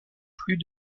plus